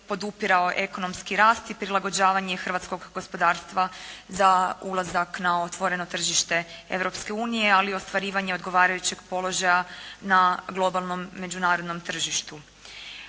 podupirao ekonomski rast i prilagođavanje hrvatskog gospodarstva za ulazak na otvoreno tržište Europske unije, ali i ostvarivanje odgovarajućeg položaja na globalnom međunarodnom tržištu.